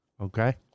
Okay